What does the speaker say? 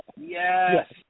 yes